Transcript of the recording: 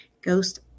Ghost